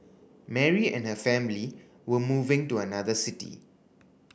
Mary and her family were moving to another city